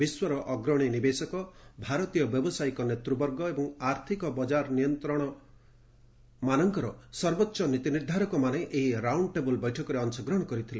ବିଶ୍ୱର ଅଗ୍ରଣୀ ନିବେଶକ ଭାରତୀୟ ବ୍ୟାବସାୟିକ ନେତୃବର୍ଗ ଏବଂ ଆର୍ଥିକ ବଜାର ନିୟନ୍ତ୍ରଣକମାନଙ୍କର ସର୍ବୋଚ୍ଚ ନୀତିନିର୍ଦ୍ଧାରକ ମାନେ ଏହି ରାଉଣ୍ଡ ଟେବୁଲ୍ ବୈଠକରେ ଅଂଶଗ୍ରହଣ କରିଥିଲେ